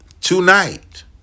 tonight